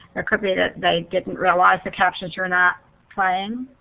could be that they didn't realize the captions are not playing.